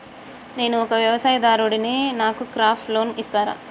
నేను ఒక వ్యవసాయదారుడిని నాకు క్రాప్ లోన్ ఇస్తారా?